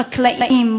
חקלאים,